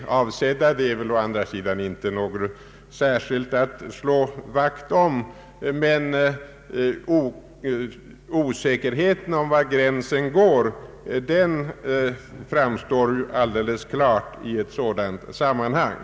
Å andra sidan är väl dessa företeelser inte något särskilt att slå vakt om, men de visar klart att det blir osäkert var gränsen kommer att gå.